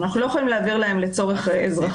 אנחנו לא יכולים להעביר להם לצורך אזרחי.